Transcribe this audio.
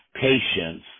patience